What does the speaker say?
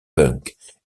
funk